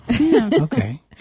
okay